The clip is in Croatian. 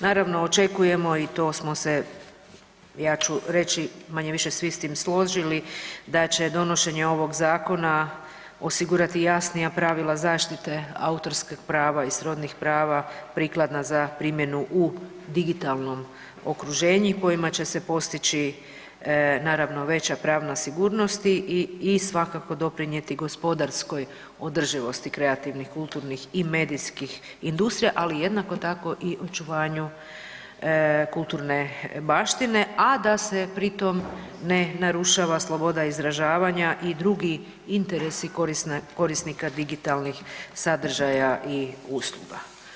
Naravno očekujemo i to smo se ja ću reći manje-više svi s tim složili, da će donošenje ovog zakona osigurati jasnija pravila zaštite autorskih prava i srodnih prava prikladna za primjenu u digitalnom okruženju i kojima će se postići naravno veća pravna sigurnost i svakako doprinijeti gospodarskoj održivosti kreativnih, kulturnih i medijskih industrija, ali jednako tako i očuvanju kulturne baštine, a da se pri tom ne narušava sloboda izražavanja i drugi interesi korisnika digitalnih sadržaja i usluga.